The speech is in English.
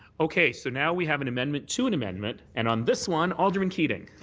okay. so now we have an amendment to an amendment and on this one, alderman keating.